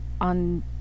on